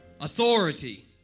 authority